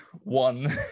One